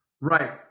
Right